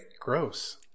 Gross